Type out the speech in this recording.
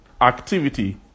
Activity